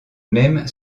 même